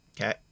Okay